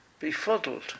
befuddled